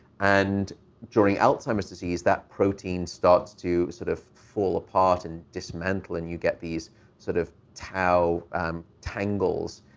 and during alzheimer's disease, that protein starts to sort of fall apart and dismantle. and you get these sort of tau tangles.